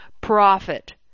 profit